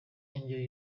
indyo